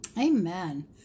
Amen